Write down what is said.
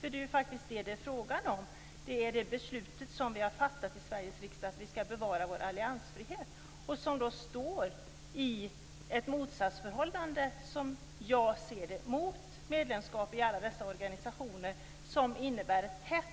Vi har ju faktiskt fattat beslut i Sveriges riksdag om att vi skall bevara vår alliansfrihet. Som jag ser det står det i motsatsförhållande till medlemskap i alla dessa organisationer, som innebär ett tätt